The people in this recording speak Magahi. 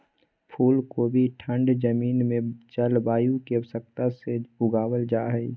फूल कोबी ठंड जमीन में जलवायु की आवश्यकता से उगाबल जा हइ